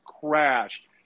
crashed